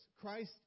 Christ